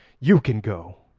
you can go.